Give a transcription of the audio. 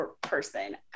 person